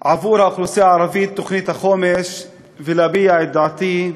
החומש עבור האוכלוסייה הערבית, ולהביע את דעתי,